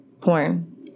porn